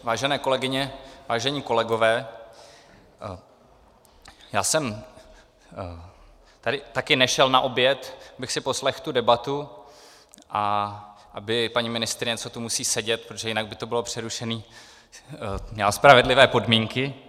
Vážené kolegyně, vážení kolegové, já jsem taky nešel na oběd, abych si poslechl tu debatu a aby paní ministryně, co tu musí sedět, protože jinak by to bylo přerušené, měla spravedlivé podmínky.